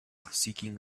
seeking